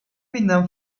binden